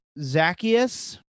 Zacchaeus